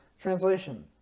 Translation